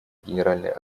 генеральной